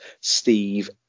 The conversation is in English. Steve